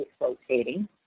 rotating